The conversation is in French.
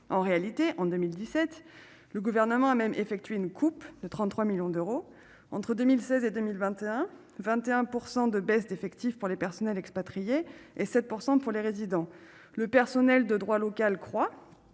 en réalité en 2017, le gouvernement a même effectué une coupe de 33 millions d'euros entre 2016 et 2021 21 % de baisse d'effectifs pour les personnels expatriés et 7 % pour les résidents, le personnel de droit local croit